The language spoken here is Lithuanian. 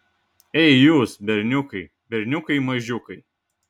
ei jūs berniukai berniukai mažiukai